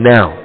Now